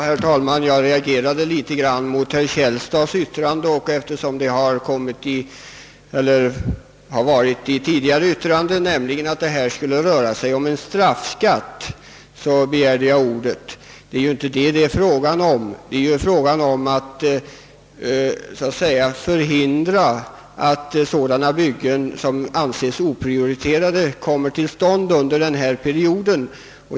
Herr talman! Jag reagerar mot herr Källstads yttrande, och jag har begärt ordet eftersom samma synpunkter, nämligen att det skulle röra sig om en straffskatt, har förekommit i tidigare yttranden. Det är inte det som det är fråga om. Det är fråga om så att säga att förhindra att sådana byggen som anses oprioriterade kommer till stånd under denna period.